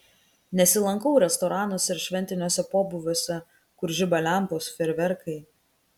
nesilankau restoranuose ar šventiniuose pobūviuose kur žiba lempos fejerverkai